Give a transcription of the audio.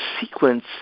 sequence